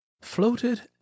floated